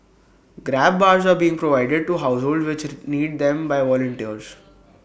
grab bars are being provided to households which need them by volunteers